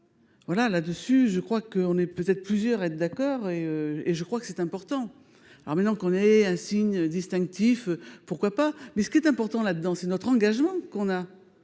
Voilà, là dessus, je crois qu'on est peut-être plusieurs et d'accord et et je crois que c'est important. Alors maintenant qu'on est un signe distinctif, pourquoi pas mais ce qui est important là dedans, c'est notre engagement qu'on a